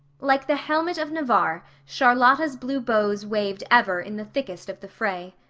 like the helmet of navarre, charlotta's blue bows waved ever in the thickest of the fray.